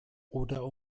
oder